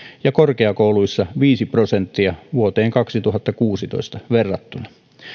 ja korkeakouluissa viisi prosenttia vuoteen kaksituhattakuusitoista verrattuna